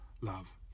love